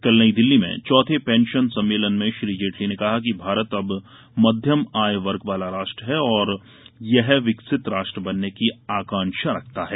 कल नई दिल्ली में चौथे पेंशन सम्मेलन में श्री जेटली ने कहा कि भारत अब मध्यम आय वर्ग वाला राष्ट्र है और यह विकसित राष्ट्र बनने की आकांक्षा रखता है